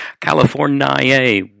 California